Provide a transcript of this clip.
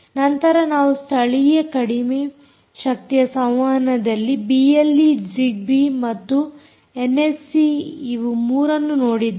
ನಂತರ ನಾವು ಸ್ಥಳೀಯ ಕಡಿಮೆ ಶಕ್ತಿಯ ಸಂವಹನದಲ್ಲಿ ಬಿಎಲ್ಈ ಜಿಗ್ಬೀ ಮತ್ತು ಎನ್ಎಫ್ಸಿ ಇವು 3ನ್ನು ನೋಡಿದ್ದೇವೆ